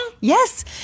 Yes